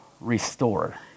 restore